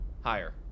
Higher